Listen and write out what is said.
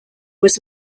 was